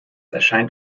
erscheint